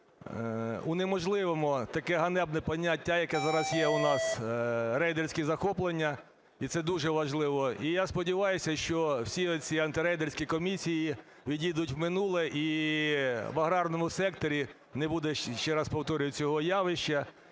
унеможливимо таке ганебне поняття, яке зараз є у нас – рейдерські захоплення. І це дуже важливо. І я сподіваюся, що всі оці антирейдерські комісії відійдуть в минуле, і в аграрному секторі не буде, ще раз повторюю, цього явища,